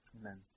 Amen